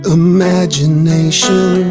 imagination